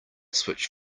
switch